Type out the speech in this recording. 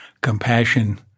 compassion